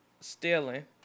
stealing